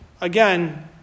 again